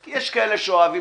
כי יש כאלה שאוהבים